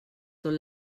tot